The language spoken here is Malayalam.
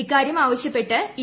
ഇക്കാര്യം ആവശ്യ പ്പെട്ട് ഇ